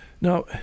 Now